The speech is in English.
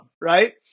right